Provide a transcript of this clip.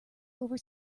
over